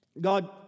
God